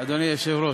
אדוני היושב-ראש,